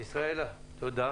ישראלה, תודה.